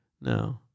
no